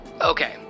Okay